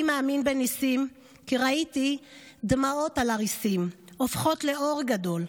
// אני מאמין בניסים / כי ראיתי דמעות על הריסים / הופכות לאור גדול.